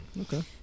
Okay